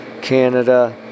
Canada